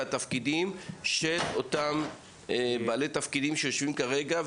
מהם התפקידים של אותם בעלי תפקידים שיושבים כרגע,